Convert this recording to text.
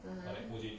(uh huh)